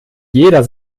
jeder